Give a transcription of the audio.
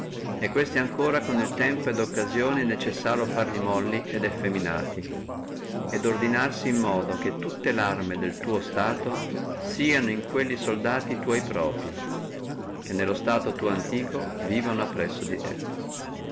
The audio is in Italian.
e quelli ancora col tempo e con le occasioni è necessario renderli molli et effeminati et ordinarsi in modo che tutte larme del tuo stato sieno in quelli soldati tua proprii che nello stato tuo antiquo vivono appresso di te